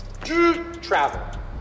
travel